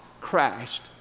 crashed